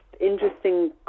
Interesting